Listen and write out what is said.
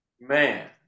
Man